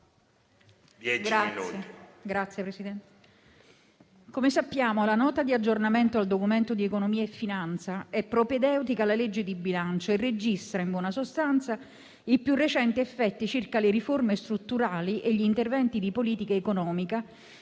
come sappiamo, la Nota di aggiornamento al Documento di economia e finanza è propedeutica alla legge di bilancio e registra, in buona sostanza, i più recenti effetti circa le riforme strutturali e gli interventi di politica economica